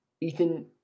Ethan